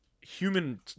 Human